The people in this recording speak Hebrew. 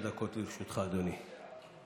תשע דקות לרשותך, אדוני.